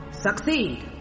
succeed